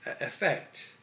effect